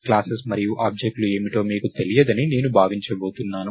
classes మరియు object లు ఏమిటో మీకు తెలియదని నేను భావించబోతున్నాను